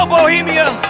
Bohemian